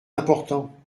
important